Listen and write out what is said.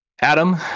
Adam